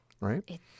right